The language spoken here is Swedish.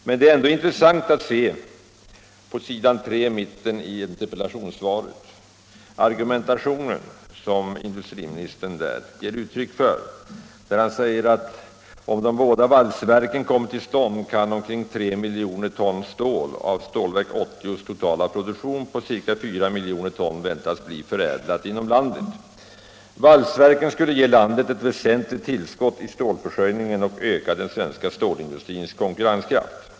Men det är intressant att se den argumentation som industriministern ger uttryck för i interpellationssvaret, då han säger: ”Om de båda valsverken kommer till stånd kan omkring 3 miljoner ton stål av Stålverk 80:s totala produktion på ca 4 miljoner ton väntas bli förädlat inom landet. Valsverken skulle ge landet ett väsentligt tillskott i stålförsörjningen och öka den svenska stålindustrins konkurrenskraft.